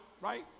right